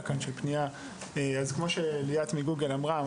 כמו שליאת מגוגל אמרה,